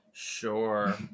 Sure